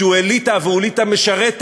חתן פרס ישראל,